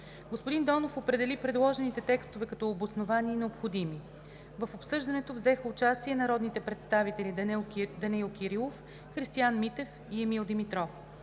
Господин Донов определи предложените текстове като обосновани и необходими. В обсъждането взеха участие народните представители Данаил Кирилов, Христиан Митев и Емил Димитров.